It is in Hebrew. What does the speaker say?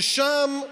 שם,